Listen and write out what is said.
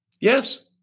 Yes